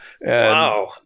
Wow